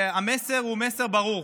והמסר הוא ברור: